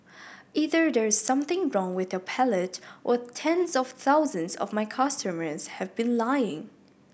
either there is something wrong with your palate or tens of thousands of my customers have been lying